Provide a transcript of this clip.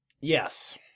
Yes